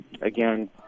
Again